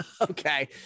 okay